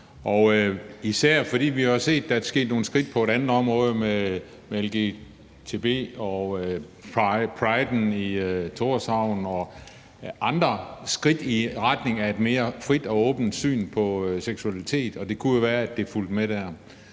især, at vi har set, at der er blevet taget nogle skridt på et andet område, nemlig lgbt-området og priden i Thorshavn og andre skridt i retning af et mere frit og åbent syn på seksualitet, og det kunne jo være, at det fulgte med der.